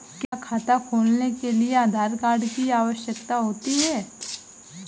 क्या खाता खोलने के लिए आधार कार्ड की आवश्यकता होती है?